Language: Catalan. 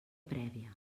prèvia